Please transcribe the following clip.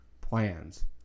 plans